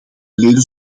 leden